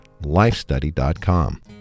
lifestudy.com